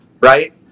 right